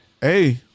Hey